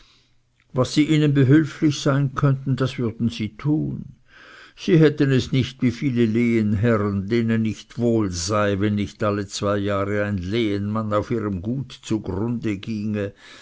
was sie ihnen behülflich sein könnten das würden sie tun sie hätten es nicht wie viele lehenherren denen nicht wohl sei wenn nicht alle zwei jahre ein lehenmann auf ihrem gut zugrunde ginge